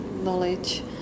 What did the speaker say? knowledge